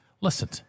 listen